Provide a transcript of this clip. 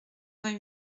vingt